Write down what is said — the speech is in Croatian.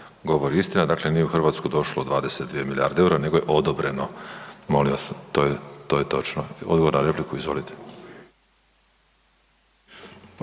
govori istina. Dakle, nije u Hrvatsku došlo 22 milijarde EUR-a nego je odobreno, molim vas to je, to je točno. Odgovor na repliku izvolite.